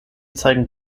zeigen